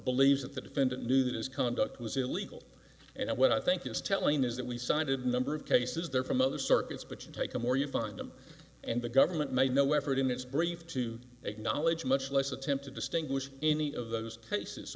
believes that the defendant knew that his conduct was illegal and what i think is telling is that we cited a number of cases they're from other circuits but you take them or you find them and the government made no effort in its brief to acknowledge much less attempt to distinguish any of those cases